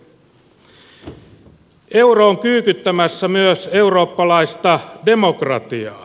euro on kyykyttämässä myös eurooppalaista demokratiaa